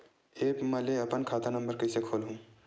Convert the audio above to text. App म ले अपन खाता नम्बर कइसे खोलहु?